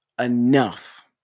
enough